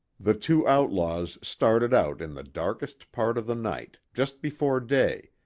the two outlaws started out in the darkest part of the night, just before day,